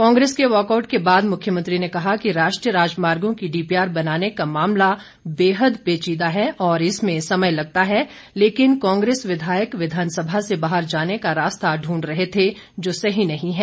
कांग्रेस के वॉकआउट के बाद मुख्यमंत्री ने कहा कि राष्ट्रीय राजमार्गों की डीपीआर बनाने का मामला बेहद पेचीदा है और इसमें समय लगता है लेकिन कांग्रेस विधायक विधानसभा से बाहर जाने का रास्ता ढूंढ रहे थे जोकि सही नहीं है